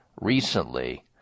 recently